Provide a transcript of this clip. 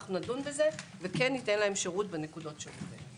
נדון בזה וכן ניתן להם שירות בנקודות שירות.